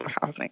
housing